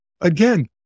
again